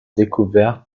découvertes